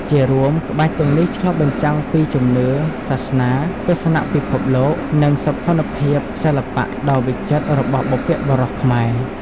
ជារួម ក្បាច់ទាំងនេះឆ្លុះបញ្ចាំងពីជំនឿ សាសនា ទស្សនៈពិភពលោក និងសោភ័ណភាពសិល្បៈដ៏វិចិត្ររបស់បុព្វបុរសខ្មែរ។